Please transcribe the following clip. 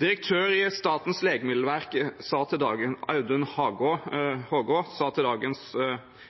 Direktøren i Statens legemiddelverk, Audun Hågå, sa til